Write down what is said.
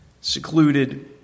secluded